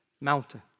mountain